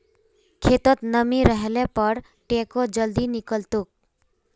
खेतत नमी रहले पर टेको जल्दी निकलतोक